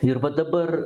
ir va dabar